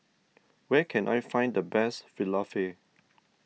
where can I find the best Falafel